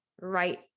right